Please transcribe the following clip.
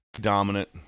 Dominant